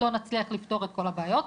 לא נצליח לפתור את כל הבעיות,